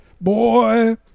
Boy